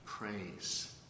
Praise